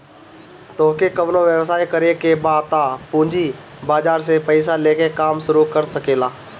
तोहके कवनो व्यवसाय करे के बा तअ पूंजी बाजार से पईसा लेके काम शुरू कर सकेलअ